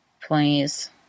Please